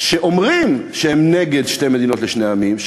ואומרים שהם נגד שתי מדינות לשני עמים,